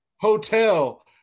Hotel